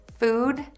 food